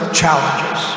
challenges